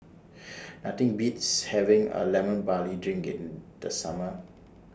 Nothing Beats having A Lemon Barley Drinking in The Summer